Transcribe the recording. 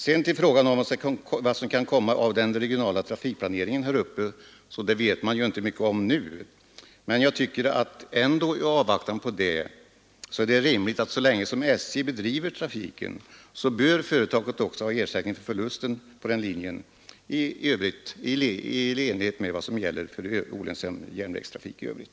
Sedan till frågan om vad som kan komma ut av den regionala trafikplaneringen där uppe. Det vet man ju inte mycket om nu. Men i avvaktan på denna planering tycker jag det är rimligt att så länge som SJ bedriver trafiken skall företaget också ha ersättning för förluster på den linjen i enlighet med vad som gäller för olönsam järnvägstrafik i övrigt.